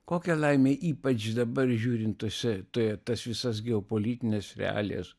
kokia laimė ypač dabar žiūrint tose tas visas geopolitines realijas